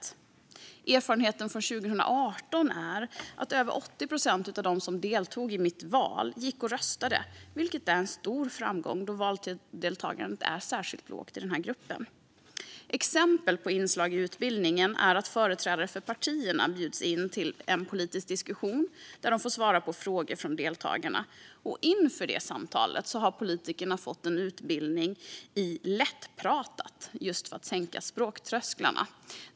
Erfarenheten efter 2018 års val var att över 80 procent av dem som deltog i Mitt val inför valet röstade, vilket var är en stor framgång då valdeltagandet är särskilt lågt i gruppen. Exempel på inslag i utbildningen är att företrädare för partierna bjuds in till en politisk diskussion där de får svara på frågor från deltagarna. Inför detta har politikerna en utbildning i lättpratat för att sänka språktrösklarna.